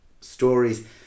stories